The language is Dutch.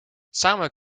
samen